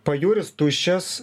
pajūris tuščias